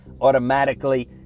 automatically